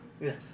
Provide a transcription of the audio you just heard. Yes